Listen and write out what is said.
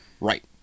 Right